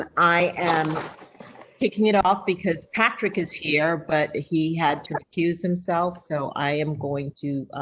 i am kicking it off because patrick is here, but he had to accused himself so i am going to